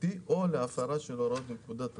בטיחותי או להפרה של הוראות בפקודת התעבורה".